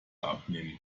abnehmen